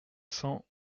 cent